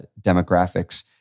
demographics